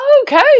Okay